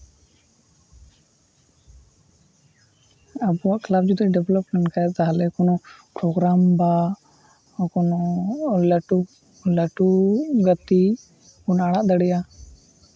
ᱟᱵᱚᱣᱟᱜ ᱠᱞᱟᱵᱽ ᱡᱩᱫᱤ ᱰᱮᱵᱷᱞᱚᱯ ᱞᱮᱱᱠᱷᱟᱱ ᱛᱟᱦᱞᱮ ᱠᱚᱱᱚ ᱯᱨᱳᱜᱽᱨᱟᱢ ᱵᱟ ᱠᱚᱱᱚ ᱞᱟᱹᱴᱩ ᱞᱟᱹᱴᱩ ᱵᱚᱱ ᱟᱲᱟᱜ ᱫᱟᱲᱮᱭᱟᱜᱼᱟ